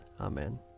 Amen